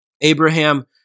Abraham